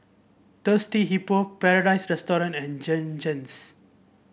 Thirsty Hippo Paradise Restaurant and Jergens